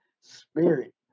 spirit